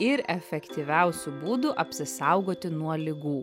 ir efektyviausių būdų apsisaugoti nuo ligų